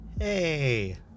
Hey